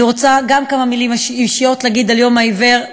אני רוצה לומר גם כמה מילים אישיות על יום העיוור,